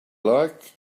like